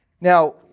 Now